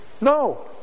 No